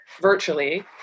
virtually